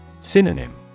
Synonym